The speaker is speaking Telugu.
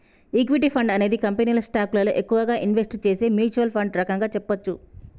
ఈక్విటీ ఫండ్ అనేది కంపెనీల స్టాకులలో ఎక్కువగా ఇన్వెస్ట్ చేసే మ్యూచ్వల్ ఫండ్ రకంగా చెప్పచ్చు